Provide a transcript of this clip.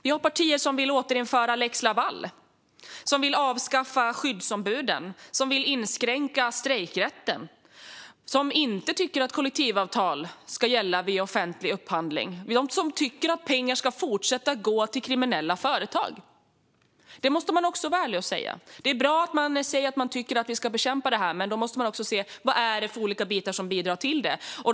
Vi har partier som vill återinföra lex Laval, som vill avskaffa skyddsombuden, som vill inskränka strejkrätten och som inte tycker att kollektivavtal ska gälla vid offentlig upphandling. De tycker att pengar ska fortsätta gå till kriminella företag. Det måste man vara ärlig och säga. Det är bra att man säger att man tycker att vi ska bekämpa det här, men då måste man också se vad det är för olika bitar som bidrar till det.